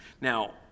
Now